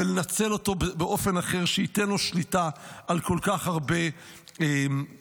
ולנצל אותו באופן אחר שייתן לו שליטה על כל כך הרבה משרות.